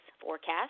forecast